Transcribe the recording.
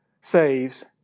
saves